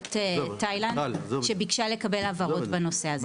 שגרירות תאילנד, שביקשה לקבל הבהרות בנושא הזה.